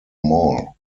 mall